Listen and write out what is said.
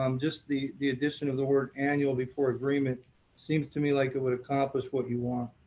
um just the the addition of the word annual before agreement seems to me like it would accomplish what you want.